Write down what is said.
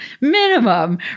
minimum